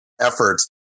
efforts